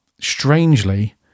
strangely